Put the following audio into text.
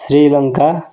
Sri Lanka